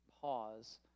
pause